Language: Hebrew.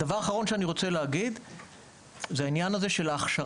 הדבר האחרון זה העניין הזה של ההכשרה.